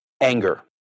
anger